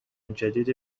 جدید